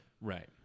right